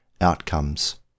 outcomes